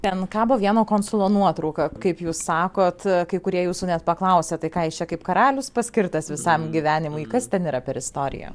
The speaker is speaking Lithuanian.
ten kabo vieno konsulo nuotrauka kaip jūs sakot kai kurie jūsų net paklausia tai ką jis čia kaip karalius paskirtas visam gyvenimui kas ten yra per istorija